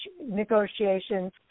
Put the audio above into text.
negotiations